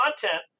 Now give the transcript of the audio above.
content